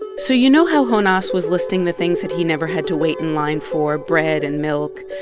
so you know how jonas was listing the things that he never had to wait in line for bread and milk?